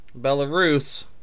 Belarus